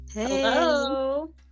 Hello